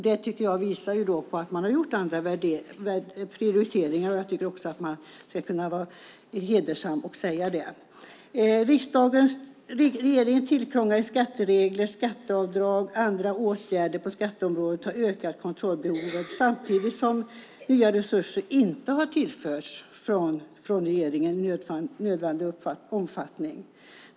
Det tycker jag visar på att man har gjort andra prioriteringar. Jag tycker också att man ska kunna vara hederlig och säga det. Regeringens tillkrånglade skatteregler, skatteavdrag och andra åtgärder på skatteområdet har ökat kontrollbehovet samtidigt som nya resurser inte har tillförts från regeringen i nödvändig omfattning.